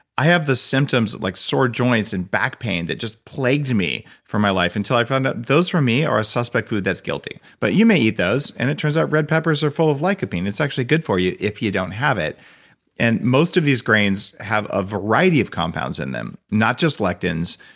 i have the symptoms, like sore joints, and back pain that just plagues me for my life, until i found out that those for me are ah suspect food that's guilty. but you may eat those, and it turns out red peppers are full of like lycopene. it's actually good for you if you don't have it and most of these grains have a variety of compounds in them, not just lectins,